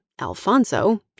Alfonso